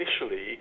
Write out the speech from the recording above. initially